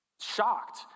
Shocked